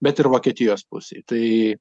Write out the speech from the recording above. bet ir vokietijos pusėj tai